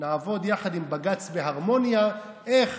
נעבוד יחד עם בג"ץ בהרמוניה איך